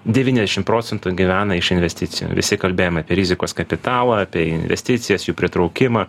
devyniašim procentų gyvena iš investicijų visi kalbėjom apie rizikos kapitalą apie investicijas jų pritraukimą